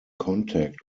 contact